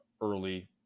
early